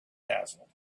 dazzled